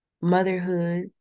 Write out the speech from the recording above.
motherhood